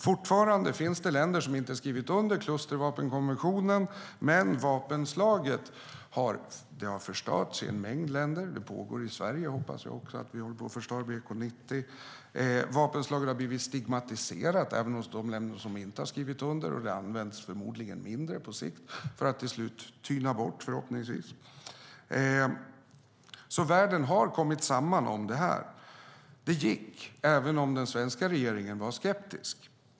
Fortfarande finns det länder som inte skrivit under klustervapenkonventionen, men vapenslaget har förstörts i en mängd länder. Jag hoppas också att vi i Sverige håller på att förstöra BK 90. Vapenslaget har blivit stigmatiserat även hos de länder som inte har skrivit under, och det kommer förmodligen användas mindre på sikt för att till slut förhoppningsvis tyna bort. Världen har alltså kommit samman om det här. Det gick även om den svenska regeringen var skeptisk.